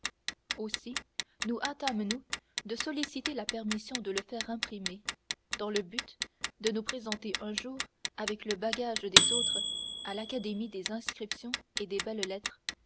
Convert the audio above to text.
aussi nous hâtâmes nous de solliciter la permission de le faire imprimer dans le but de nous présenter un jour avec le bagage des autres à l'académie des inscriptions et belles-lettres